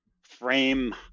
frame